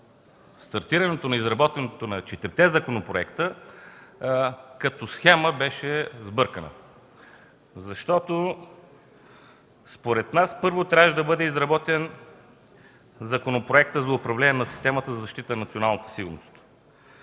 стартирането на изработката на четирите законопроекта като схема беше сбъркано, защото според нас първо трябваше да бъде изработен законопроектът за управление на системата за защита на националната сигурност.